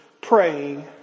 praying